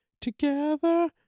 together